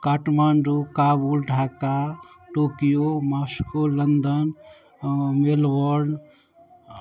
Kathmandu Kabul Dhaka Tokyo Moscow London Melbourne